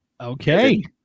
Okay